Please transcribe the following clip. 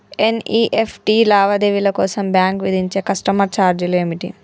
NEFT లావాదేవీల కోసం bank విధించే కస్టమర్ ఛార్జీలు ఏమిటి?